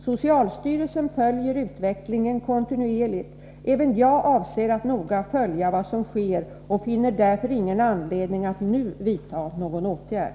Socialstyrelsen följer utvecklingen kontinuerligt. Även jag avser att noga följa vad som sker och finner därför ingen anledning att nu vidta någon åtgärd.